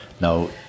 Now